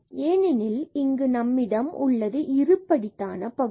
ஏனெனில் இங்கு நம்மிடம் உள்ளது இருபடித்தான பகுதி